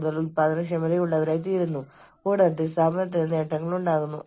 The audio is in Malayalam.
കൂടാതെ അനിശ്ചിതത്വം അതിനെ കൂടുതൽ ശക്തവും പ്രബലവുമാക്കുന്നു